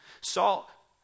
Saul